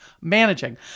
managing